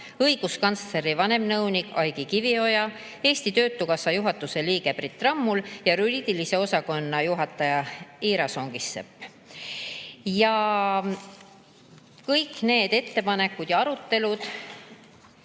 õiguskantsleri vanemnõunik Aigi Kivioja, Eesti Töötukassa juhatuse liige Brit Rammul ja juriidilise osakonna juhataja Ira Songisepp. Kõik need ettepanekud, mis olid